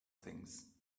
things